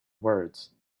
words